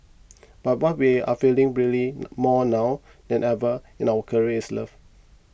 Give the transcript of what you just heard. but what we are feeling really more now than ever in our career is love